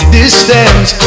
distance